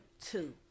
two